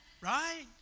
Right